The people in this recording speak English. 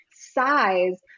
size